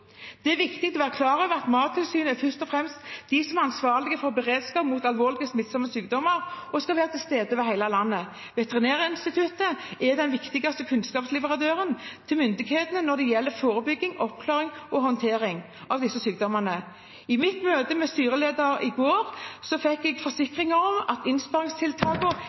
Det er viktig å være klar over at Mattilsynet først fremst er det som er ansvarlig for beredskap mot alvorlige, smittsomme sykdommer, og skal være til stede over hele landet. Veterinærinstituttet er den viktigste kunnskapsleverandøren til myndighetene når det gjelder forebygging, oppklaring og håndtering av disse sykdommene. I mitt møte med styrelederen i går fikk jeg forsikringer om at